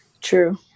True